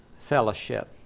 fellowship